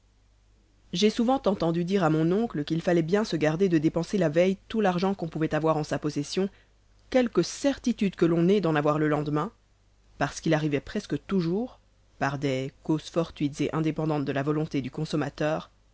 j'ai souvent entendu dire à mon oncle qu'il fallait bien se garder de dépenser la veille tout l'argent qu'on pouvait avoir en sa possession quelque certitude que l'on ait d'en avoir le lendemain parce qu'il arrivait presque toujours par des causes fortuites et indépendantes de la volonté du consommateur